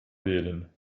wählen